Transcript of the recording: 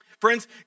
Friends